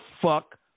fuck